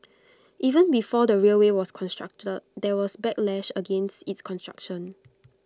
even before the railway was constructed there was backlash against its construction